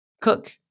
Cook